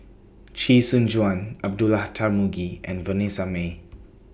Chee Soon Juan Abdullah Tarmugi and Vanessa Mae